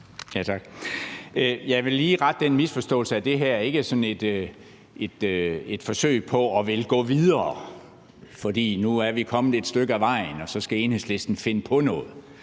Jeg vil lige rette en misforståelse, nemlig at det her ikke er sådan et forsøg på at ville gå videre, fordi vi nu er kommet et stykke ad vejen, og så skal Enhedslisten finde på noget.